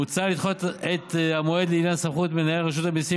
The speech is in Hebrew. מוצע לדחות את המועד לעניין סמכות מנהל רשות המיסים